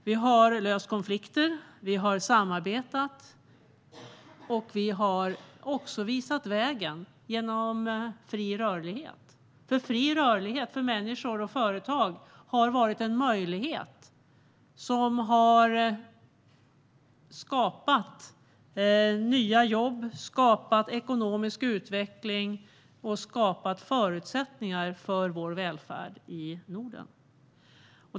Vi har löst konflikter, vi har samarbetat och vi har visat vägen genom fri rörlighet för människor och företag. Det har varit en möjlighet som har skapat nya jobb, ekonomisk utveckling och förutsättningar för vår välfärd i Norden.